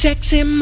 Sexy